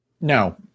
No